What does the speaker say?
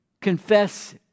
confess